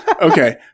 okay